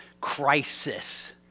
crisis